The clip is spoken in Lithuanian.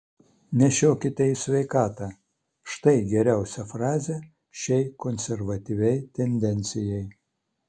nešiokite į sveikatą štai geriausia frazė šiai konservatyviai tendencijai